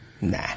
Nah